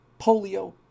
polio